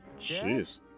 Jeez